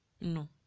no